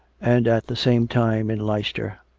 and at the same time, in leicester,